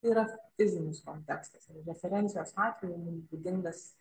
tai yra fizinis kontekstas ir referencijos atveju mum būdingas